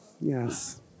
Yes